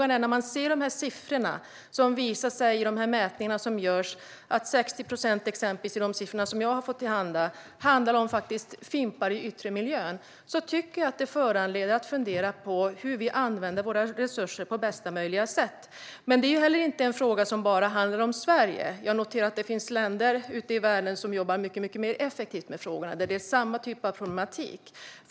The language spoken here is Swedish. När man ser siffrorna i de mätningar som görs - i de siffror som jag har fått mig till handa kan man se att 60 procent handlar om fimpar i den yttre miljön - får man anledning att fundera över hur vi använder våra resurser på bästa sätt. Men detta är en fråga som inte bara handlar om Sverige. Jag noterar att det finns länder ute i världen som jobbar mycket effektivare med frågorna där det är samma typ av problematik.